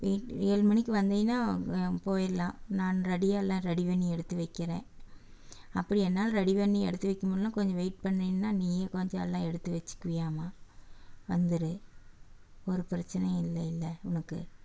ஏழு மணிக்கு வந்தேன்னா போயிடலாம் நான் ரெடியாக எல்லாம் ரெடி பண்ணி எடுத்து வைக்கிறேன் அப்படி என்னால் ரெடி பண்ணி எடுத்து வைக்க முடில்லனா கொஞ்சம் வெயிட் பண்ணினா நீயே கொஞ்சம் எல்லா எடுத்து வச்சுக்குவீயாமா வந்துடு ஒரு பிரச்சனையும் இல்லைல்ல உனக்கு